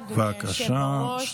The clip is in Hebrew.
היושב-ראש.